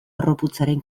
harroputzaren